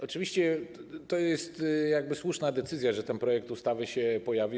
Oczywiście to jest słuszna decyzja, że ten projekt ustawy się pojawił.